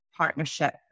Partnership